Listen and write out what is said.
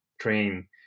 train